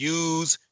use